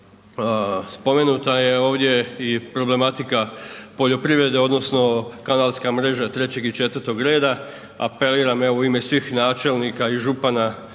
Spomenuta je ovdje i problematika poljoprivrede, odnosno kanalska mreža 3. i 4. reda. Apeliram evo, u ime svih načelnika i župana